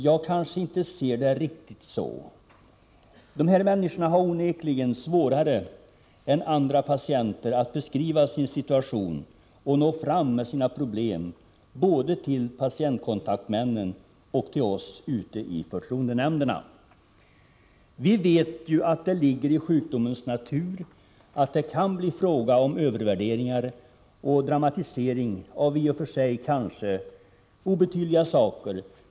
Jag ser det kanske inte riktigt så. De människor det här gäller har onekligen svårare än andra patienter att beskriva sin situation och nå fram med sina problem till patientkontaktnämnden och också till oss i förtroendenämnderna. Vi vet att det ligger i sjukdomens natur att det kan bli fråga om övervärderingar och dramatiseringar av kanske i och för sig obetydliga saker.